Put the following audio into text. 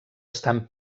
estan